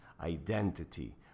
identity